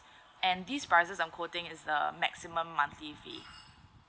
and this prices I'm quoting is uh maximum monthly fee